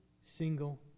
single